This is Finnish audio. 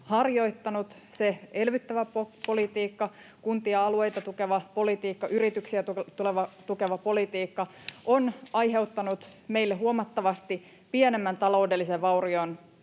harjoittanut, se elvyttävä politiikka, kuntia ja alueita tukeva politiikka, yrityksiä tukeva politiikka, on aiheuttanut meille huomattavasti pienemmän taloudellisen vaurion